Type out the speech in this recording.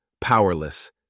powerless